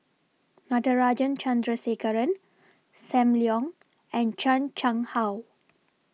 Natarajan Chandrasekaran SAM Leong and Chan Chang How